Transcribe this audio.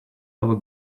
our